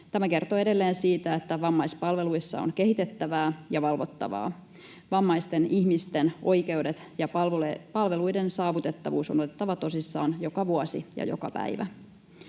Tämä kertoo edelleen siitä, että vammaispalveluissa on kehitettävää ja valvottavaa. Vammaisten ihmisten oikeudet ja palveluiden saavutettavuus on otettava tosissaan joka vuosi ja joka päivä.